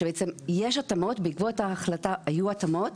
בעצם יש התאמות בעקבות ההחלטה היו התאמות,